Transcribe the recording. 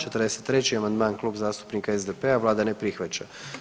43. amandman Kluba zastupnika SDP-a, Vlada ne prihvaća.